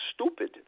stupid